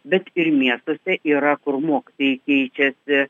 bet ir miestuose yra kur mokytojai keičiasi